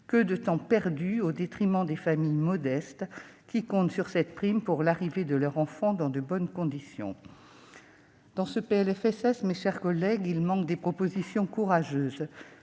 Que de temps perdu, au détriment des familles modestes, qui comptent sur cette prime pour l'arrivée de leur enfant dans de bonnes conditions ! Dans ce PLFSS, mes chers collègues, il manque des propositions courageuses.